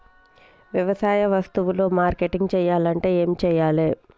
వ్యవసాయ వస్తువులు మార్కెటింగ్ చెయ్యాలంటే ఏం చెయ్యాలే?